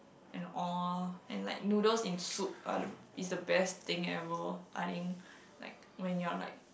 and all lorh and like noodles in soup are the is the best thing ever I think like when you are like